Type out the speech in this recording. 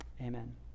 Amen